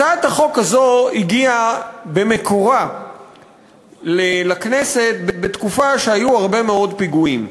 הצעת החוק הזו הגיעה במקורה לכנסת בתקופה שהיו הרבה מאוד פיגועים.